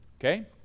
Okay